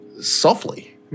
softly